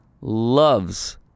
loves